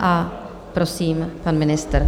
A prosím, pan ministr.